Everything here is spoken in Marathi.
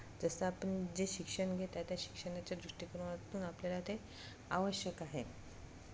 जसं आपण जे शिक्षण घेत आहे त्या शिक्षणाच्या दृष्टिकोनातून आपल्याला ते आवश्यक आहे